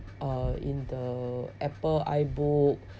uh in the apple ibook